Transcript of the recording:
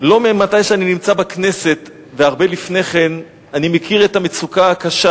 לא מאז שאני נמצא בכנסת אלא הרבה לפני כן אני מכיר את המצוקה הקשה